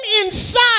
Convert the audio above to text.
inside